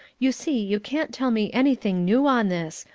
you see you can't tell me anything new on this.